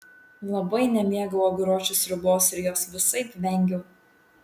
labai nemėgau aguročių sriubos ir jos visaip vengiau